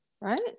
right